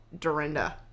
Dorinda